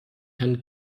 herrn